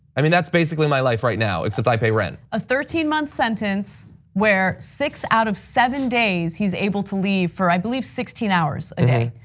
i mean that's basically my life right now. except i pay rent. a thirteen months sentence where six out of seven days he is able to live for, i believe, sixteen hours a day.